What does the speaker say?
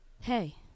hey